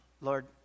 Lord